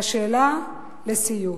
והשאלה לסיום: